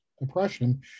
oppression